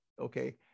okay